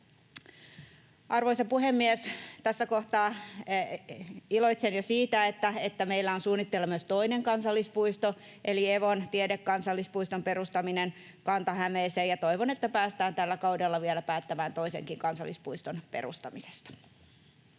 Arvoisa puhemies! Tässä kohtaa iloitsen jo siitä, että meillä on suunnitteilla myös toinen kansallispuisto eli Evon tiedekansallispuiston perustaminen Kanta-Hämeeseen, ja toivon, että päästään tällä kaudella vielä päättämään toisenkin kansallispuiston perustamisesta.